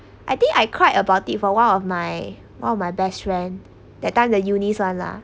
I think I cried about it for one of my one of my best friend that time the eunice [one] lah